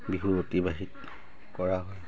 বিহু অতিবাহিত কৰা হয়